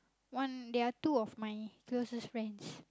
one they are two of my closest friends